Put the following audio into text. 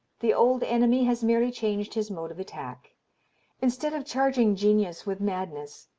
the old enemy has merely changed his mode of attack instead of charging genius with madness,